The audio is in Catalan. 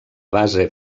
base